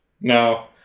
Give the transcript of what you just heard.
No